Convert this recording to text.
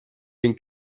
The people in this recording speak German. den